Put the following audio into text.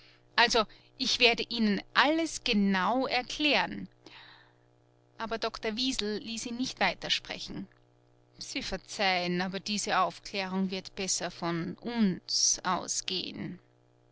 also ich werde ihnen alles genau erklären aber doktor wiesel ließ ihn nicht weitersprechen sie verzeihen aber diese aufklärung wird besser von uns ausgehen